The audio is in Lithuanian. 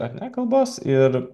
ar ne kabos ir